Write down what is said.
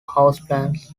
houseplants